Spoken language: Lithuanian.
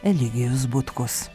eligijus butkus